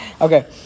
Okay